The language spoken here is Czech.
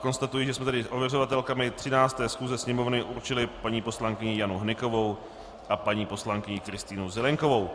Konstatuji, že jsme tedy ověřovatelkami 13. schůze Sněmovny určili paní poslankyni Janu Hnykovou a paní poslankyni Kristýnu Zelienkovou.